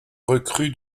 recrue